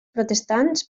protestants